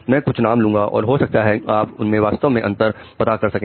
मैं कुछ नाम लूंगा और हो सकता है कि आप उसमें वास्तविक अंतर पता कर सकें